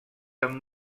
amb